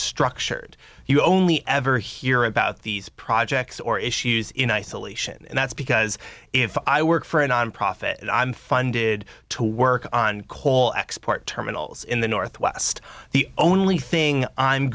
structured you only ever hear about these projects or issues in isolation and that's because if i work for a nonprofit i'm funded to work on coal export terminals in the northwest the only thing i'm